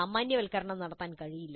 സാമാന്യവൽക്കരണം നടത്താൻ കഴിയില്ല